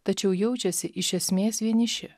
tačiau jaučiasi iš esmės vieniši